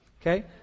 Okay